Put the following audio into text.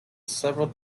several